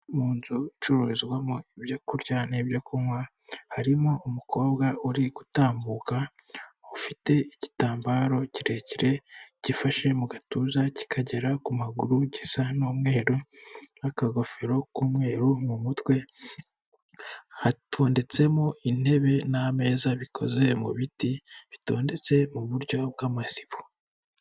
Mu nzu icururizwamo ibyo kurya n'ibyo kunywa harimo umukobwa uri gutambuka ufite igitambaro kirekire gifashe mu gatuza kikagera ku maguru gisa n'umweru n'akagofero k'umweru mu mutwe, hatondetsemo intebe n'ameza bikoze mu biti bitondetse mu buryo bw'amasibo.